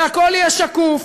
והכול יהיה שקוף,